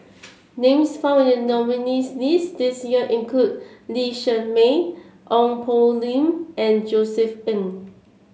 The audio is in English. names found in the nominees' list this year include Lee Shermay Ong Poh Lim and Josef Ng